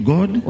God